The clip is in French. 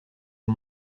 est